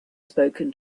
spoken